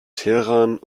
teheran